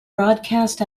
broadcast